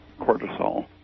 cortisol